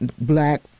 black